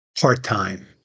part-time